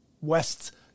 west